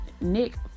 Nick